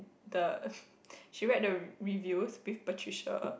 the she read the reviews with Patricia